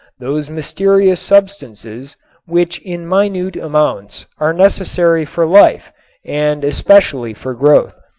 those mysterious substances which in minute amounts are necessary for life and especially for growth.